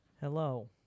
Hello